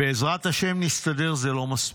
"בעזרת השם נסתדר" זה לא מספיק.